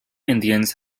indians